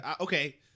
Okay